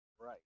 right